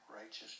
righteous